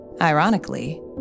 Ironically